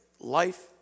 life